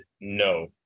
No